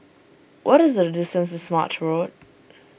what is the distance to Smart Road